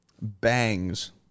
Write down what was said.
Bangs